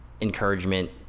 encouragement